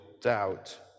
doubt